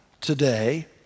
today